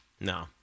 No